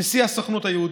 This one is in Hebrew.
נשיא הסוכנות היהודית".